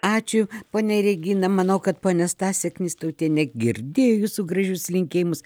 ačiū ponia regina manau kad ponia stasė knystautienė girdėjo jūsų gražius linkėjimus